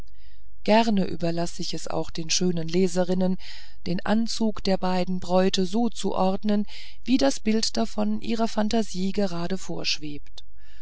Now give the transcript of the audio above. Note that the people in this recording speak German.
gern überlasse ich es auch den schönen leserinnen den anzug der beiden bräute so zu ordnen wie das bild davon ihrer phantasie gerade vorschwebt